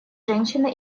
женщина